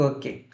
Okay